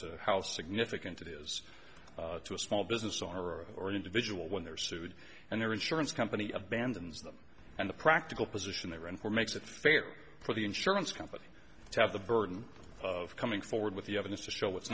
to how significant it is to a small business owner or an individual when they're sued and their insurance company abandons them and the practical position they were in for makes it fair for the insurance company to have the burden of coming forward with the evidence to show it's